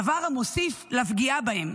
דבר המוסיף לפגיעה בהם.